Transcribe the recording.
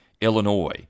Illinois